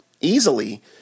easily